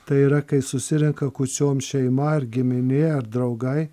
tai yra kai susirenka kūčiom šeima ar giminė ar draugai